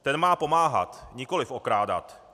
Ten má pomáhat, nikoliv okrádat.